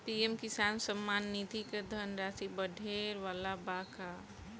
PM किसान सम्मान निधि क धनराशि बढ़े वाला बा का?